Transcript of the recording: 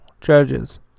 judges